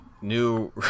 new